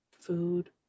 Food